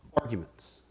arguments